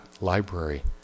Library